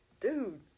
dude